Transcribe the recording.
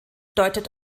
deutet